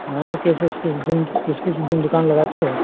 हाँ किस इस किस दिन किस किस दिन दुकान लगाते हो